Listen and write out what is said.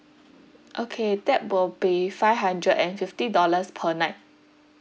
okay that will be five hundred and fifty dollars per night